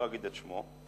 לא אגיד את שמו,